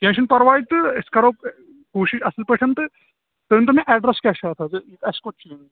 کیٚنٛہہ چھُنہٕ پرواے تہٕ أسۍ کرو کوٗشِش اَصٕل پٲٹھۍ تہٕ تُہۍ ؤنۍتَو مےٚ ایٚڈرس کیٛاہ چھُو اَتھ حظ اَسہِ کوٚت چھُ یُن